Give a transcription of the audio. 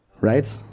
Right